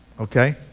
Okay